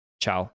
ciao